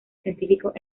científicos